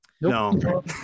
no